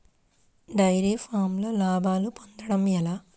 Dairy ఫామ్లో లాభాలు పొందడం ఎలా?